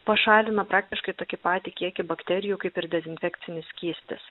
pašalina praktiškai tokį patį kiekį bakterijų kaip ir dezinfekcinis skystis